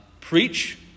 preach